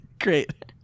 Great